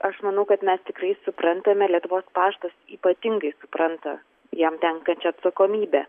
aš manau kad mes tikrai suprantame lietuvos paštas ypatingai supranta jam tenkančią atsakomybę